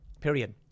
period